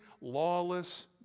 lawless